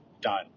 done